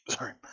Sorry